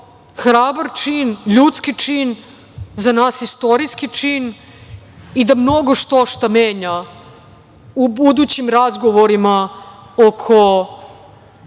hrabar čin, ljudski čin, za nas istorijski čin i da mnogo štošta menja u budućim razgovorima oko